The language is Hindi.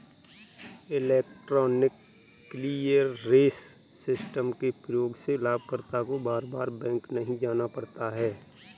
इलेक्ट्रॉनिक क्लीयरेंस सिस्टम के प्रयोग से लाभकर्ता को बार बार बैंक नहीं जाना पड़ता है